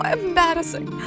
embarrassing